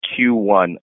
Q1